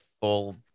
full